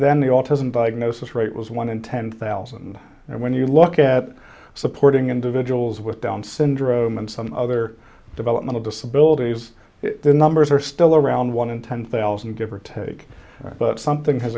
then the autism diagnosis rate was one in ten thousand and when you look at supporting individuals with down syndrome and some other developmental disabilities the numbers are still around one in ten thousand give or take but something has